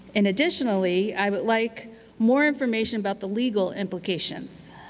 and additionally, i would like more information about the legal implications.